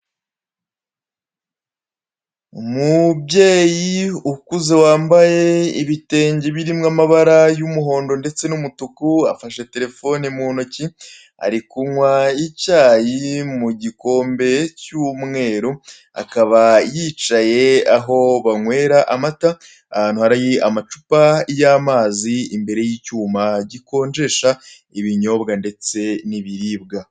Umubyeyi ukuze wambaye ibitenge birimo amabara y'umuhondo ndetse n'umutuku, afashe telefoni mu ntoki ari kunywa icyayi mu gikombe cy'umweru, akaba yicaye aho banywera amata, ahantu hari amacupa y'amazi imbere y'icyuma gikonjesha ibiribwa.